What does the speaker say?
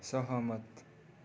सहमत